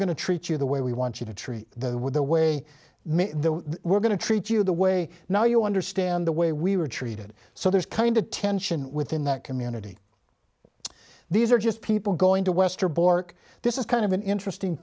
to treat you the way we want you to treat them with the way we're going to treat you the way now you understand the way we were treated so there's kind of tension within that community these are just people going to westerbork this is kind of an interesting